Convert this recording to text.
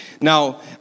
Now